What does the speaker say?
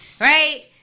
Right